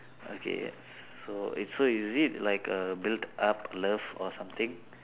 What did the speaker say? okay so so is it like err built up love or something